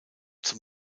zum